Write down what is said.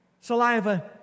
saliva